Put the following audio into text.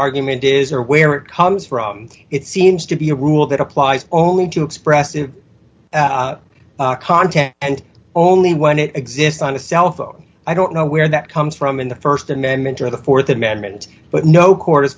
argument is or where it comes from it seems to be a rule that applies only to expressive content and only when it exists on a cell phone i don't know where that comes from in the st amendment or the th amendment but no court as